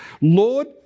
Lord